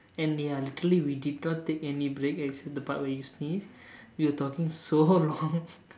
and they are literally we did not take any break except the part when you sneezed we were talking so long